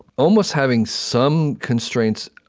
almost having some constraints,